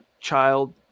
child